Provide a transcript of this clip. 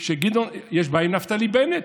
יש בעיה עם נפתלי בנט,